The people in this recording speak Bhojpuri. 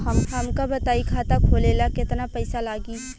हमका बताई खाता खोले ला केतना पईसा लागी?